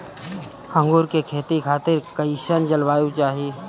अंगूर के खेती खातिर कइसन जलवायु चाही?